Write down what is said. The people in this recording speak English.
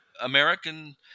American